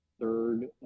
third